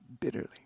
Bitterly